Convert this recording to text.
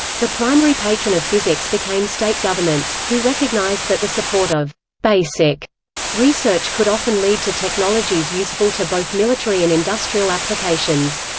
the primary patron of physics became state governments, who recognized that the support of basic research could often lead to technologies useful to both military and industrial applications.